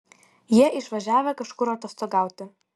jie išvažiavę kažkur atostogauti